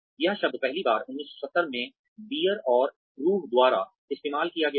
यह शब्द पहली बार 1970 में बीयर और रुह द्वारा इस्तेमाल किया गया था